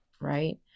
right